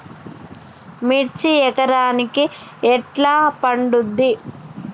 మిర్చి ఎకరానికి ఎట్లా పండుద్ధి?